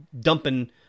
dumping